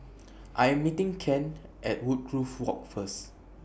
I Am meeting Kent At Woodgrove Walk First